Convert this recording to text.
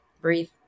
breathe